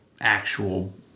actual